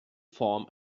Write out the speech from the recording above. form